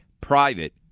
private